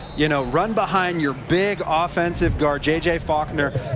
you know run behind your big ah offensive guard j j. faulkner.